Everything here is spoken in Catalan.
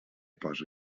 post